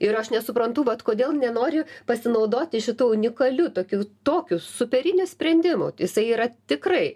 ir aš nesuprantu kodėl nenori pasinaudoti šitu unikaliu tokiu tokiu superiniu sprendimu jisai yra tikrai